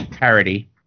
parody